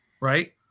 right